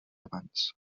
abans